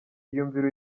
iyumvire